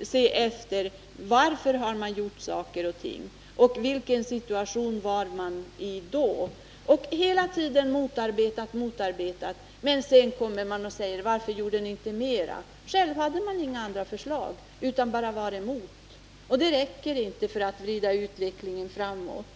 se efter varför man gjort saker och ting och ta hänsyn till i vilken situation vi befann oss då besluten fattades. Hela tiden har man motarbetat oss, men sedan kommer man och frågar: Varför gjorde ni inte mera? Själv hade man inga andra förslag, utan man var bara emot. Det räcker inte för att styra utvecklingen framåt.